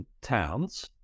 towns